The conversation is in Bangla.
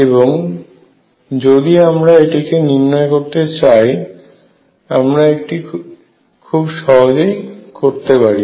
এবং যদি আমরা এটিকে নির্ণয় করতে চাই আমরা একটি খুব সহজেই করতে পারি